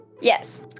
Yes